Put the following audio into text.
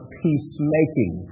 peacemaking